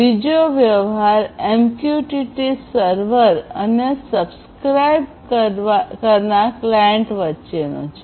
બીજો વ્યવહાર MQTT server અને સબ્સ્ક્રાઇબ કરનાર ક્લાયંટ વચ્ચેનો છે